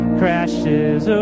crashes